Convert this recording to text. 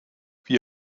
wie